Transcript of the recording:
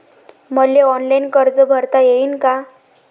मले ऑनलाईन कर्ज भरता येईन का?